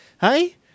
Hey